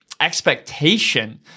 expectation